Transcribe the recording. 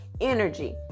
energy